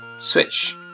Switch